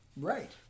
Right